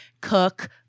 cook